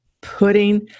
putting